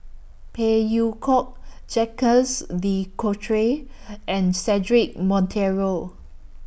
Phey Yew Kok Jacques De Coutre and Cedric Monteiro